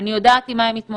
אני יודעת עם מה הם מתמודדים,